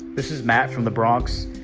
this is matt from the bronx.